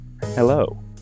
Hello